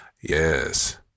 Yes